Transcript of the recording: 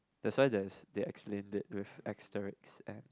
that's why the they explained it with asterisks and